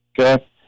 Okay